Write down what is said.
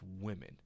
women